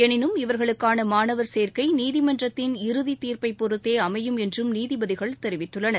எனினும் இவர்களுக்கானமாணவர் சேக்கைநீதிமன்றத்தின் இறுதிதீர்ப்பைப் பொறுத்தேஅமையும் என்றும் நீதிபதிகள் தெரிவித்துள்ளனர்